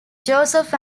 joseph